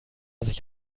sich